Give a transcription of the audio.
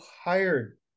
hired